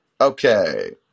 Okay